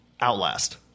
Outlast